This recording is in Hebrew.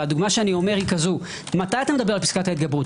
והדוגמה שאני אומר היא כזו - מתי אתה מדבר על פסקת ההתגברות?